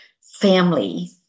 family